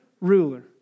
ruler